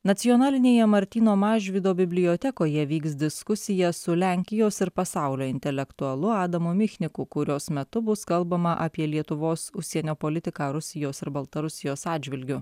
nacionalinėje martyno mažvydo bibliotekoje vyks diskusija su lenkijos ir pasaulio intelektualu adamu michniku kurios metu bus kalbama apie lietuvos užsienio politiką rusijos ir baltarusijos atžvilgiu